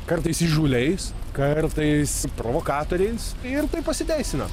kartais įžūliais kartais provokatoriais ir tai pasiteisina